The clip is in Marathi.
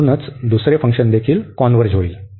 तर हे देखील कॉन्व्हर्ज होईल